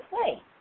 play